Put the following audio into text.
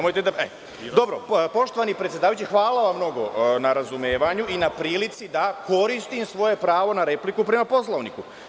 Poštovani predsedavajući, hvala vam mnogo na razumevanju i na prilici da koristim svoje pravo na repliku prema Poslovniku.